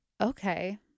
okay